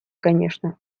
конечно